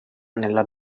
nella